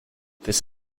this